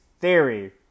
theory